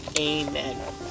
amen